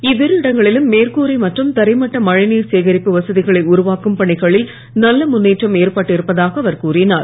இவ்விரு இடங்களிலும் மேற்கூரை மற்றும் தரைமட்ட மழைநீர் சேகரிப்பு வசதிகளை உருவாக்கும் பணிகளில் நல்ல முன்னேற்றம் ஏற்பட்டு இருப்பதாக அவர் கூறினார்